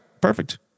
Perfect